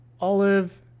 olive